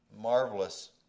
marvelous